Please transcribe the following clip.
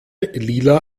lila